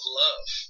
love